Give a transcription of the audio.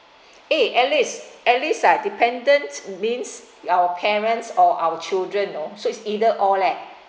eh alice alice ah dependent means our parents or our children no so it's either all leh